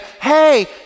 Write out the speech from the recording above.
hey